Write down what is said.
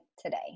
today